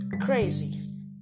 crazy